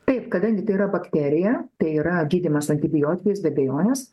taip kadangi tai yra bakterija tai yra gydymas antibiotikais be abejonės